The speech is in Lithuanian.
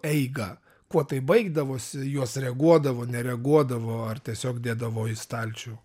eigą kuo tai baigdavosi į juos reaguodavo nereaguodavo ar tiesiog dėdavo į stalčių